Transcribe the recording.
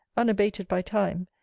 unabated by time,